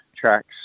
tracks